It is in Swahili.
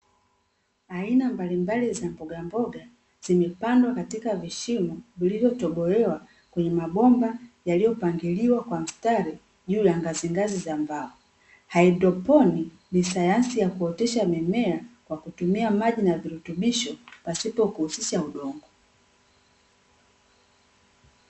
Aina mbalimbali za mboga mboga zimepandwa katika vishimo vilivyotoblewa kwenye mabomba yaliyopangiliwa kwa mstari juu ya ngazi ngazi za mbao. Haidroponi ni sayansi ya kuoteshea mimea kwa kutumia maji na virutubisho pasipo kuhusisha udongo.